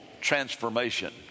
transformation